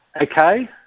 Okay